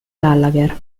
gallagher